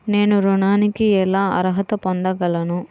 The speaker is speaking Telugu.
నేను ఋణానికి ఎలా అర్హత పొందగలను?